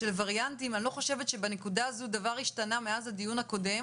אני לא חושבת שבנקודה הזאת דבר השתנה מאז הדיון הקודם,